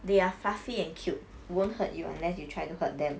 they are fluffy and cute won't hurt you unless you try to hurt them